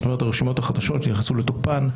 הרשימות החדשות שנכנסו לתוקפן,